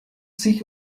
sich